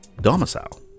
domicile